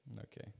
Okay